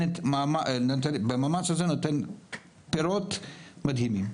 המאמץ הזה נותן פירות מדהימים,